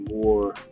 more